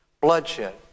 bloodshed